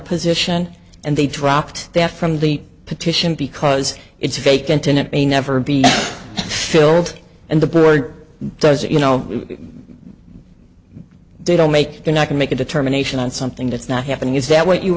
position and they dropped that from the petition because it's a vacant tenant may never be filled and the boy doesn't you know they don't make sure not to make a determination on something that's not happening is that what you